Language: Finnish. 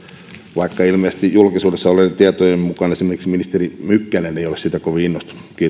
vaikka ilmeisesti julkisuudessa olleiden tietojen mukaan esimerkiksi ministeri mykkänen ei ole siitä kovin